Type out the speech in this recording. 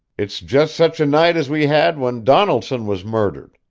it's just such a night as we had when donaldson was murdered.